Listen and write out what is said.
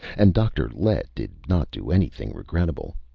and dr. lett did not do anything regrettable.